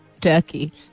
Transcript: Turkey